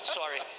sorry